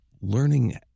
learning